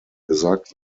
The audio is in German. gesagt